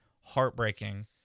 heartbreaking